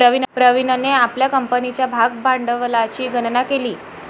प्रवीणने आपल्या कंपनीच्या भागभांडवलाची गणना केली